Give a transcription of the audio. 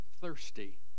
thirsty